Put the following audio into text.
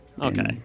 Okay